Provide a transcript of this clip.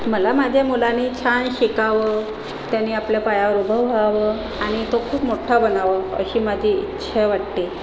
मला माझ्या मुलानी छान शिकावं त्यानी आपल्या पायावर उभं व्हावं आणि तो खूप मोठ्ठा बनावं अशी माझी इच्छा वाटते